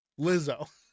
Lizzo